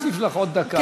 אני אוסיף לך עוד דקה.